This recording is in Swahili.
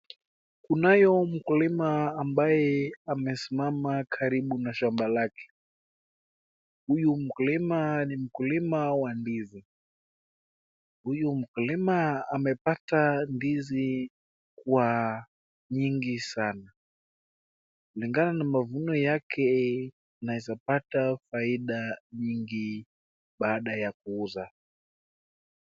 Kunayo mkulima ambaye amesimama karibu na shamba lake, Huyu mkulima ni mkulima wa ndizi. Mkulima amepata ndizi kwa wingi sana kulingana na mavuno yake anaeza pata faida nyingi baaada ya kuuza.